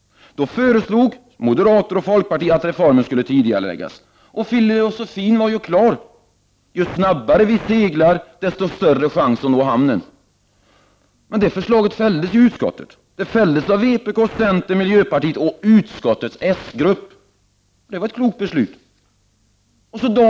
Då föreslog moderater och folkpartister att reformen skulle tidigareläggas. Filosofin var klar: Ju snabbare vi seglar, desto större chans har vi att nå hamnen. Men förslaget fälldes i utskottet av vpk, centern, miljöpartiet och utskottets socialdemokratiska grupp. Det var ett klokt ställningstagande.